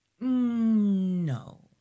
no